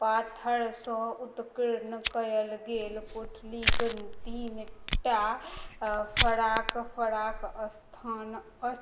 पाथरसे उत्कीर्ण कएल गेल कोठलीके तीन टा फराक फराक अस्थान अ